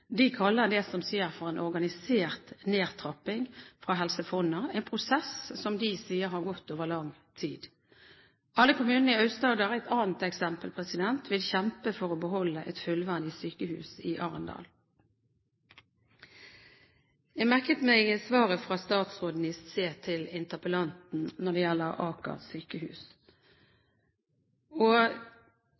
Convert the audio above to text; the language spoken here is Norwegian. De kaller det som skjer, for en organisert nedtrapping fra Helse Fonna, en prosess som de sier har gått over lang tid. Alle kommunene i Aust-Agder, et annet eksempel, vil kjempe for å beholde et fullverdig sykehus i Arendal. Jeg merket meg svaret fra statsråden i sted til interpellanten når det gjelder Aker sykehus.